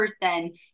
person